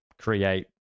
create